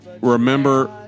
Remember